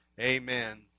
amen